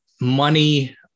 money